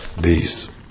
beast